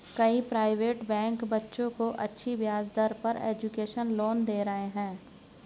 कई private bank बच्चों को अच्छी ब्याज दर पर एजुकेशन लोन दे रहे है